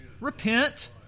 Repent